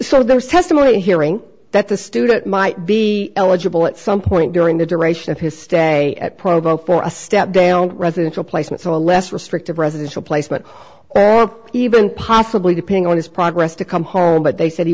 was testimony hearing that the student might be eligible at some point during the duration of his stay at provo for a step down residential placement a less restrictive residential placement or even possibly depending on his progress to come home but they said he